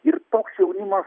ir toks jaunimas